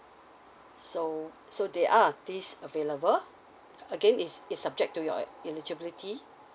so so they are these available again is is subject to your eligibility